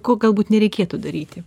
ko galbūt nereikėtų daryti